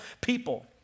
people